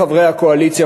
חברי הקואליציה,